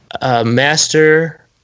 master